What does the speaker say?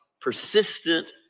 persistent